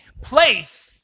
place